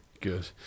Good